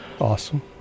Awesome